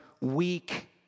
weak